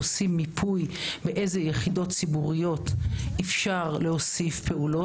אנחנו עושים מיפוי באיזה יחידות ציבוריות אפשר להוסיף פעולות,